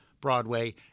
Broadway